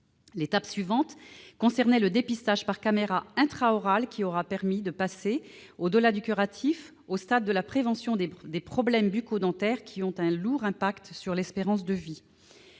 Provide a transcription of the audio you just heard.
L'étape suivante concernait le dépistage par caméra intra-orale qui aurait permis de passer, au-delà du curatif, au stade de la prévention des problèmes bucco-dentaires qui ont un lourd impact sur l'espérance de vie.